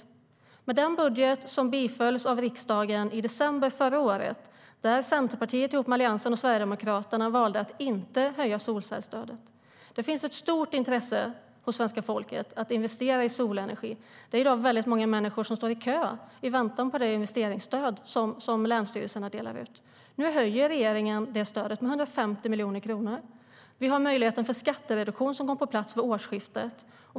Men genom den budget som bifölls av riksdagen i december förra året valde Centerpartiet ihop med Alliansen och Sverigedemokraterna att inte höja solcellsstödet. Det finns ett stort intresse hos svenska folket för att investera i solenergi. Det är i dag väldigt många människor som står i kö i väntan på det investeringsstöd som länsstyrelserna delar ut. Nu höjer regeringen det stödet med 150 miljoner kronor. Vi har en möjlighet till skattereduktion som kom på plats vid årsskiftet.